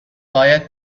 باید